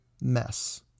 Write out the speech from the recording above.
mess